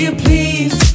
please